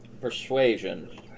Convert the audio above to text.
Persuasion